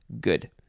Good